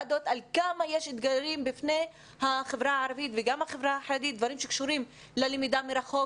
כמה אתגרים יש בפני החברה הערבית והחרדית בנושא הלמידה מרחוק.